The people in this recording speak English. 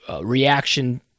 reaction